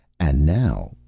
and now,